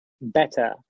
better